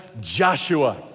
Joshua